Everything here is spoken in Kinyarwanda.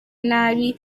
nabi